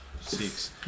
Six